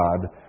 God